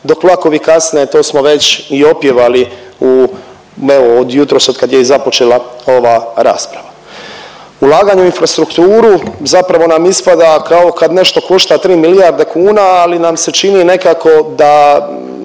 dok vlakovi kasne, to smo već i opjevali u, evo od jutros otkad je i započela ova rasprava. Ulaganje u infrastrukturu zapravo nam ispada kao kad nešto košta 3 milijarde kuna, ali nam se čini nekako da